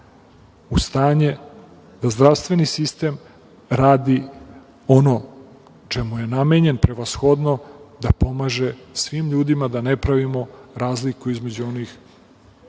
u stanje da zdravstveni sistem radi ono čemu je namenjen, prevashodno da pomaže svim ljudima, da ne pravimo razliku između onih koji